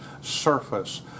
surface